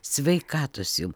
sveikatos jum